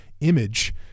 image